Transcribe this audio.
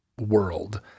world